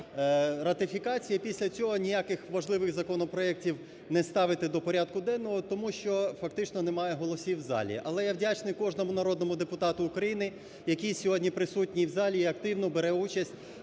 ратифікація і після цього ніяких важливих законопроектів не ставити до порядку денного, тому що фактично немає голосів в залі. Але я вдячний кожному народному депутату України, який сьогодні присутній в залі і активно бере участь